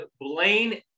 Blaine